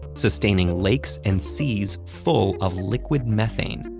sustaining lakes and seas full of liquid methane.